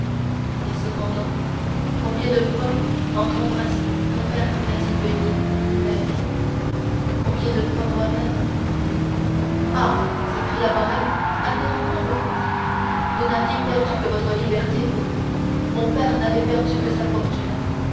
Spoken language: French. et cependant combien de fois en t'embrassant ton père a-t-il béni la vie combien de fois moi-même ah s'écria morrel interrompant le comte vous n'aviez perdu que votre liberté vous mon père n'avait perdu que sa fortune